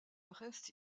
reste